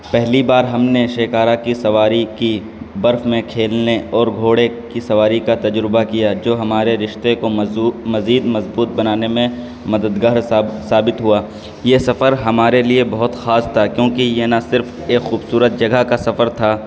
پہلی بار ہم نے شیکارا کی سواری کی برف میں کھیلنے اور گھوڑے کی سواری کا تجربہ کیا جو ہمارے رشتے کو مزید مضبوط بنانے میں مددگار ثابت ہوا یہ سفر ہمارے لیے بہت خاص تھا کیوںکہ یہ نہ صرف ایک خوبصورت جگہ کا سفر تھا